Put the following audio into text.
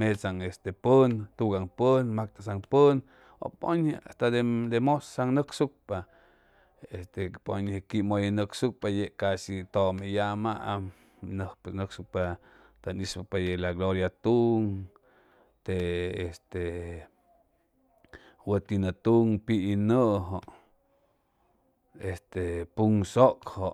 metsaong este pon togay pon motasoong pon o pon ñoji asta de masang yocsucpa y este puet ñoji gumpuje yocsucpa yec casi tome yamoam yocsucpa tong ispoçpa lle la gloria tung te este woti, ga long pi yojo este pon socio